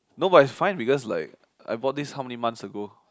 no but is fine because like I bought this how many months ago